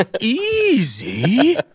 Easy